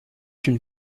une